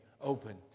open